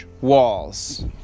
walls